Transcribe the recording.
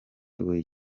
buri